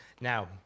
Now